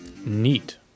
neat